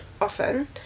often